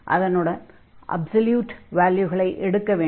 அதனுடைய அப்ஸல்யூட் வால்யூகளை எடுக்கவேண்டும்